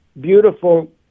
beautiful